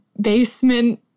basement